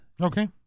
Okay